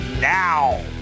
now